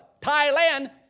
Thailand